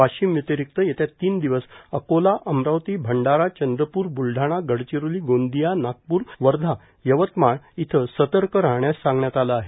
वाशिम व्यतिरिक्त येत्या तीन दिवस अकोला अमरावती भंडारा चंद्रपूर ब्लढाणा गडचिरोली गोंदिया नागप्र वर्धा यवतमाळ इथं सर्तक राहण्यास सांगण्यात आलं आहे